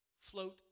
float